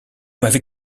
m’avez